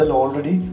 already